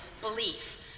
belief